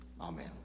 Amen